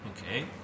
Okay